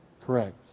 Correct